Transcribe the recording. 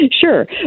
Sure